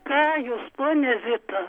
ką jums ponia zita